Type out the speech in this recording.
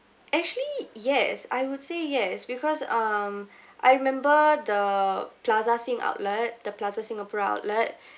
actually yes I would say yes because um I remember the plaza sing outlet the plaza singapura outlet